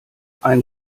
ein